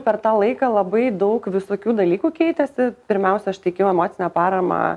per tą laiką labai daug visokių dalykų keitėsi pirmiausia aš teikiau emocinę paramą